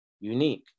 unique